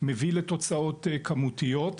מביא לתוצאות כמותיות?